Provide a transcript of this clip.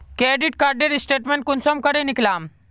Credit कार्डेर statement कुंसम करे निकलाम?